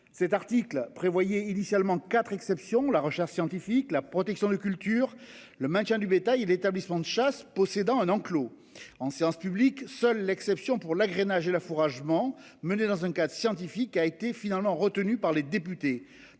cet article prévoyait initialement 4 exception la recherche scientifique, la protection de cultures le maintien du bétail. L'établissement de chasse possédant un enclos en séance publique. Seule l'exception pour l'agrainage et l'affouragement menée dans un quatre scientifique a été finalement retenue par les députés